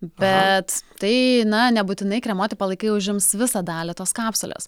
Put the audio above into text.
bet tai na nebūtinai kremuoti palaikai užims visą dalį tos kapsulės